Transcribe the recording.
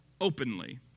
openly